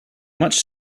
much